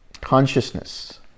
Consciousness